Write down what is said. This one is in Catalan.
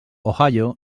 ohio